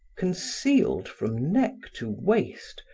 concealed, from neck to waist,